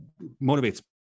motivates